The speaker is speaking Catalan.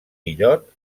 illot